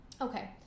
Okay